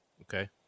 Okay